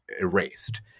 erased